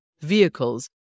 vehicles